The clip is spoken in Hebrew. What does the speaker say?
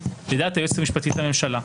לדעת היועצת המשפטית לממשלה,